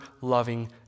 loving